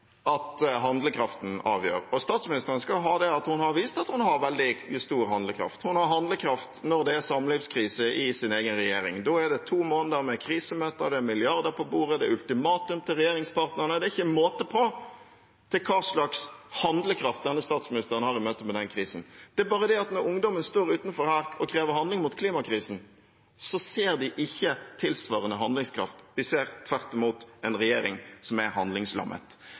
at handlekraften avgjør. Og statsministeren skal ha det at hun har vist at hun har veldig stor handlekraft. Hun har handlekraft når det er samlivskrise i egen regjering. Da er det to måneder med krisemøter, det er milliarder på bordet, det er ultimatum til regjeringspartnerne – det var ikke måte på hva slags handlekraft denne statsministeren hadde i møte med den krisen. Det er bare det at når ungdommene står utenfor her og krever handling mot klimakrisen, ser de ikke tilsvarende handlekraft. De ser tvert imot en regjering som er handlingslammet.